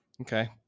Okay